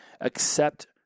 Accept